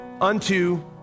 unto